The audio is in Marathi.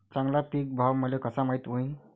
चांगला पीक भाव मले कसा माइत होईन?